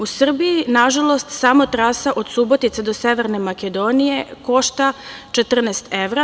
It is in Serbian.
U Srbiji, nažalost, samo trasa od Subotice do Severne Makedonije košta 14 evra.